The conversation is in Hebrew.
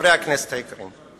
חברי הכנסת היקרים,